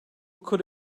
could